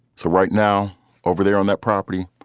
so right now over there on that property,